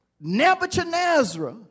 Nebuchadnezzar